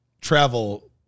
travel